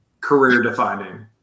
career-defining